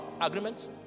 agreement